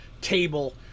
table